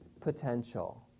potential